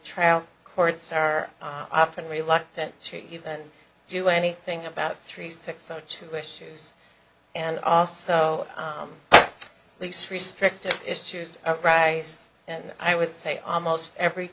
trial courts are often reluctant to even do anything about three six o two issues and also least restrictive issues rice and i would say almost every